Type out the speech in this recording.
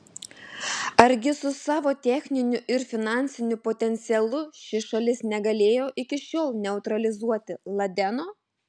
argi su savo techniniu ir finansiniu potencialu ši šalis negalėjo iki šiol neutralizuoti ladeno